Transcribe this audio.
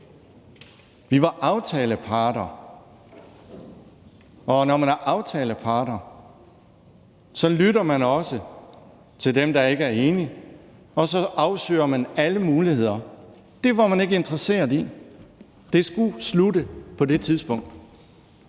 Vi var aftaleparter, og når man er aftalepart, lytter man også til dem, der ikke er enige, og så afsøger man alle muligheder. Det var man ikke interesseret i, for det skulle slutte på det tidspunkt,